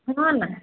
ହଁ ନା